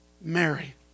Mary